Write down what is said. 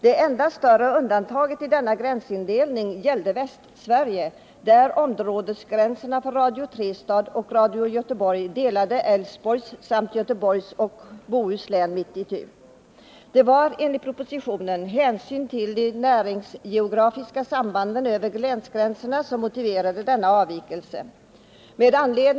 Det enda större undantaget i denna gränsindelning gällde Västsverige, där områdesgränserna för Radio Trestad och Radio Göteborg delade Älvsborgs län samt Göteborgs och Bohus län mitt itu. Det var, enligt propositionen, hänsyn till de näringsgeografiska sambanden över länsgränserna som motiverade denna avvikelse.